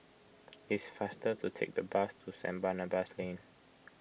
it's faster to take the bus to St Barnabas Lane